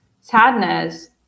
sadness